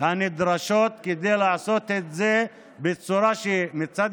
הנדרשות כדי לעשות את זה בצורה שמצד